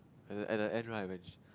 at at the end right when